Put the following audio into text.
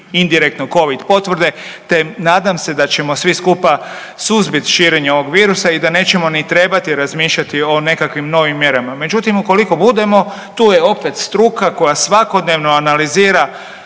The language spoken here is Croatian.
indirektno Covid potvrde te nadam se da ćemo svi skupa suzbit širenje ovog virusa i da nećemo ni trebati razmišljati o nekakvim novim mjerama. Međutim, ukoliko budemo tu je opet struka koja svakodnevno analizira